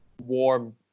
warm